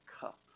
cup